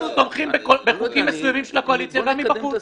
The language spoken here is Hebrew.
אנחנו תומכים בחוקים מסוימים של הקואליציה גם מבחוץ.